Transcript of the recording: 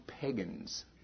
pagans